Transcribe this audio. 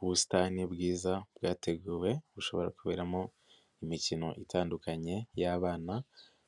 Ubusitani bwiza bwateguwe bushobora kuberamo imikino itandukanye y'abana